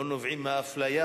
לא נובע מאפליה,